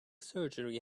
surgery